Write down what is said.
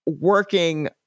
working